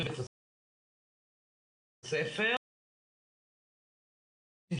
אז הנה, נרחיב את זה גם לבתי ספר לא רק